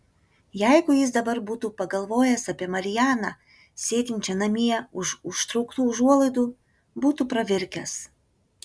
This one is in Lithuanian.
jeigu jis dabar būtų pagalvojęs apie marianą sėdinčią namie už užtrauktų užuolaidų būtų pravirkęs